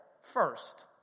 first